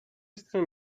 strony